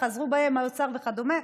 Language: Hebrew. חזרו בהם האוצר וכדומה?